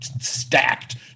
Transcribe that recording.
stacked